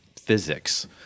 physics